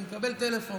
אני מקבל טלפון.